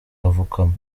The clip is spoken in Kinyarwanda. avukamo